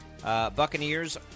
Buccaneers